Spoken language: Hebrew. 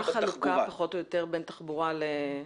מה החלוקה פחות או יותר בין תחבורה לאנרגיה?